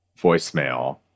voicemail